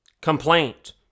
complaint